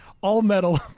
all-metal